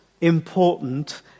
important